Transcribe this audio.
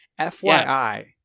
FYI